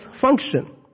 function